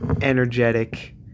energetic